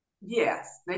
Yes